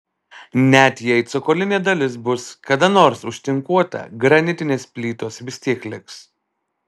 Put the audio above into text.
net jei cokolinė dalis bus kada nors užtinkuota granitinės plytos vis tiek liks